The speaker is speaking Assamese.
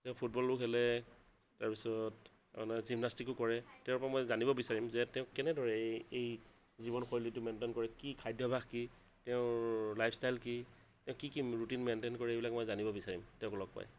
তেওঁ ফুটবলো খেলে তাৰপিছত তাৰমানে জিমনাষ্টিকো কৰে তেওঁৰ পৰা মই জানিব বিচাৰিম যে তেওঁ কেনেদৰে এই এই জীৱন শৈলীটো মেইনটেইন কৰে কি খাদ্যাভাস কি তেওঁৰ লাইফষ্টাইল কি তেওঁ কি কি ৰুটিন মেইনটেইন কৰে এইবিলাক মই জানিব বিচাৰিম তেওঁক লগ পালে